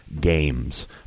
games